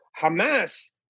Hamas